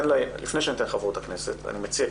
לפני שאתן רשות דיבור לחברות הכנסת אני מציע,